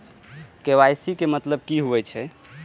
KYC के मतलब कि होई छै?